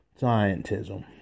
scientism